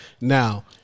Now